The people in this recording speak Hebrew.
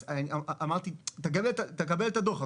אז אמרתי לו "תקבל את הדו"ח,